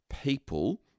people